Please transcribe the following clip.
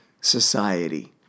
society